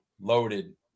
Loaded